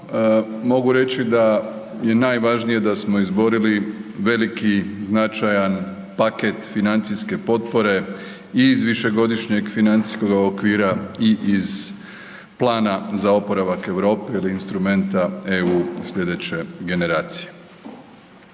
mogu reći da je najvažnije da smo izborili veliki, značajan paket financijske potpore i iz višegodišnjega financijskoga okvira i iz plana za oporavak Europe ili instrumenta EU slijedeće generacije.